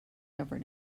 never